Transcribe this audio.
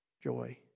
joy